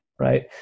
right